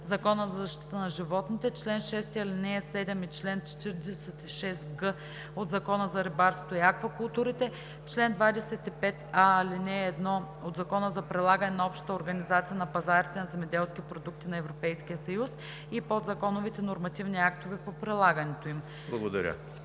Закона за защита на животните, чл. 6, ал. 7 и чл. 46г от Закона за рибарството и аквакултурите, чл. 25а, ал. 1 от Закона за прилагане на Общата организация на пазарите на земеделски продукти на Европейския съюз и подзаконовите нормативни актове по прилагането им.“